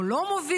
או לא מוביל,